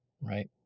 Right